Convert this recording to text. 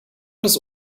des